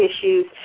issues